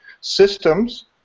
Systems